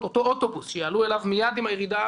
אותו אוטובוס שיעלו עליו מיד עם הירידה